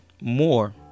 more